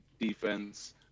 defense